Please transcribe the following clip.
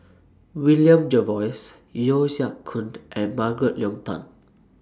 William Jervois Yeo Siak Goon and Margaret Leng Tan